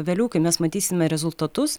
vėliau kai mes matysime rezultatus